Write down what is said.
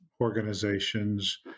organizations